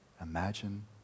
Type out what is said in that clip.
Imagine